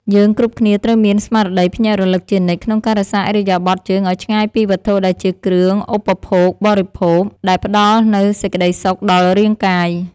យើងគ្រប់គ្នាត្រូវមានស្មារតីភ្ញាក់រលឹកជានិច្ចក្នុងការរក្សាឥរិយាបថជើងឱ្យឆ្ងាយពីវត្ថុដែលជាគ្រឿងឧបភោគបរិភោគដែលផ្តល់នូវសេចក្តីសុខដល់រាងកាយ។